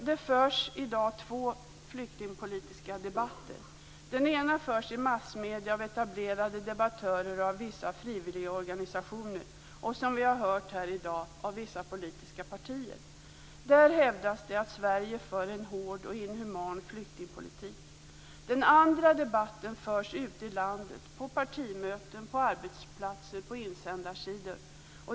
Det förs två flyktingpolitiska debatter i dag. Den ena förs i massmedierna av etablerade debattörer och av vissa frivilligorganisationer och, som vi har hört här i dag, av vissa politiska partier. Där hävdas det att Sverige för en hård och inhuman flyktingpolitik. Den andra debatten förs ute i landet, på partimöten, på arbetsplatser, på insändarsidor.